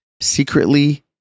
secretly